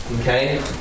okay